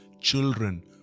children